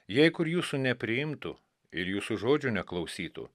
jei kur jūsų nepriimtų ir jūsų žodžio neklausytų